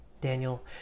Daniel